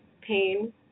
pain